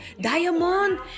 Diamond